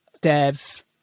dev